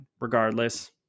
regardless